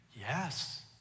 Yes